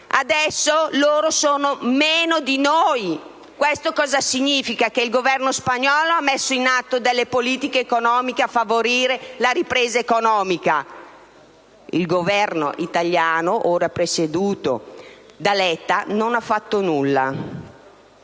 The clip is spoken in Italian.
Adesso stanno a meno di noi: questo significa che il Governo spagnolo ha messo in atto politiche economiche per favorire la ripresa economica. Il Governo italiano, ora presieduto dall'onorevole Letta, non ha fatto nulla.